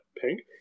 pink